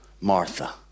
Martha